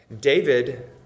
David